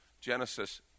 Genesis